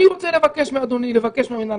אני רוצה לבקש מאדוני לבקש מהמינהל